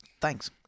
Thanks